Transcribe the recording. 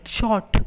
short